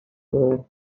for